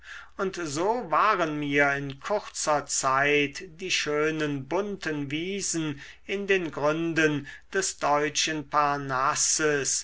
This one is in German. und so waren mir in kurzer zeit die schönen bunten wiesen in den gründen des deutschen parnasses